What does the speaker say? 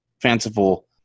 fanciful